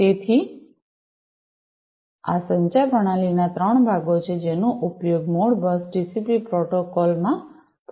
તેથી આ સંચાર પ્રણાલીના ત્રણ ભાગો છે જેનો ઉપયોગ મોડબસ ટીસીપી પ્રોટોકોલ માં થાય છે